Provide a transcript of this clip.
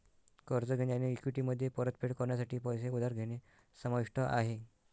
कर्ज घेणे आणि इक्विटीमध्ये परतफेड करण्यासाठी पैसे उधार घेणे समाविष्ट आहे